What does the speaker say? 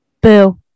Boo